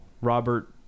Robert